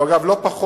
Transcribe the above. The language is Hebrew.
שהוא, אגב, לא פחות